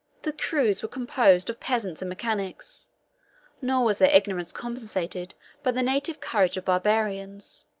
the crews were composed of peasants and mechanics nor was their ignorance compensated by the native courage of barbarians